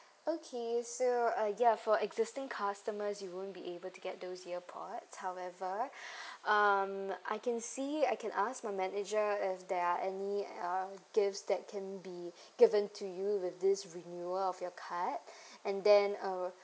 okay so uh ya for existing customers you won't be able to get those earpods however um I can see I can ask my manager if there are any uh gifts that can be given to you with these renewal of your card and then uh